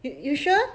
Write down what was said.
you you sure